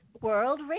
World